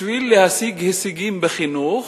כדי להשיג הישגים בחינוך